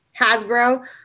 Hasbro